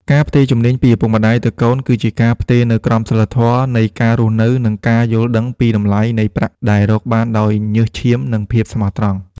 ការផ្ទេរជំនាញពីឪពុកម្ដាយទៅកូន គឺជាការផ្ទេរនូវក្រមសីលធម៌នៃការរស់នៅ និងការយល់ដឹងពីតម្លៃនៃប្រាក់ដែលរកបានដោយញើសឈាម និងភាពស្មោះត្រង់។